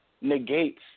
negates